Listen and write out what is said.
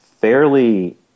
fairly